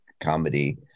comedy